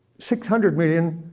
six hundred million,